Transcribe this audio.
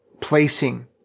Placing